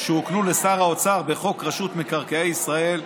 1. סמכויות שהוקנו לשר האוצר בחוק רשות מקרקעי ישראל,